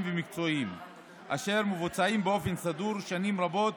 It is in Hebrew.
ומקצועיים אשר מבוצעים באופן סדור שנים רבות